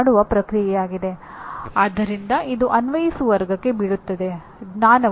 ಪಚಾರಿಕ ಕಾರ್ಯಕ್ರಮದ ನಂತರ ನಿಮ್ಮ ಕಲಿಕೆಯನ್ನು ನಿಲ್ಲಿಸಲು ಸಾಧ್ಯವಿಲ್ಲ